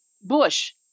bush